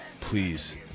please